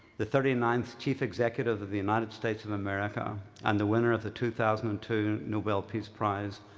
the thirty ninth chief executive of the united states of america and the winner of the two thousand and two nobel peace prize,